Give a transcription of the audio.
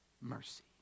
mercy